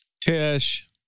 Tish